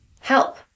help